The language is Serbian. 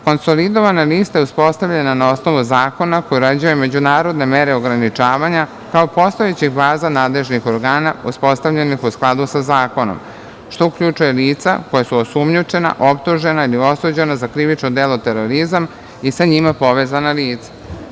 Konsolidovana lista je uspostavljena na osnovu zakona koji uređuje međunarodne mere ograničavanja kao postojećih baza nadležnih organa uspostavljenih u skladu sa zakonom, što uključuje lica koja su osumnjičena, optužena ili osuđena za krivično delo terorizam i sa njima povezana lica.